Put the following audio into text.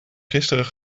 gisteren